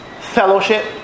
fellowship